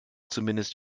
zumindest